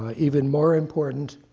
ah even more important,